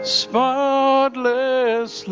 spotless